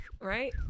right